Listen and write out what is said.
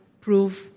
prove